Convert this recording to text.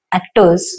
Actors